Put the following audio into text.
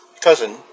cousin